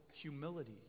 humility